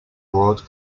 broad